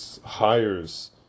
hires